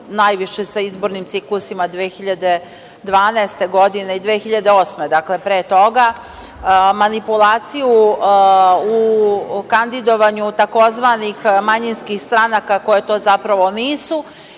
najviše sa izbornim ciklusima 2012. godine i 2008. godine, dakle, pre toga, manipulaciju u kandidovanju tzv. manjinskih stranaka koje to zapravo nisu.